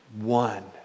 one